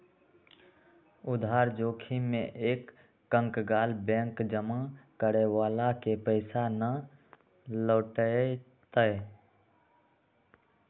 उधार जोखिम में एक कंकगाल बैंक जमा करे वाला के पैसा ना लौटय तय